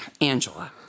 Angela